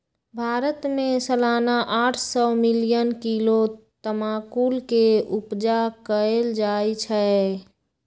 भारत में सलाना आठ सौ मिलियन किलो तमाकुल के उपजा कएल जाइ छै